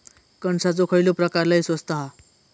कणसाचो खयलो प्रकार लय स्वस्त हा?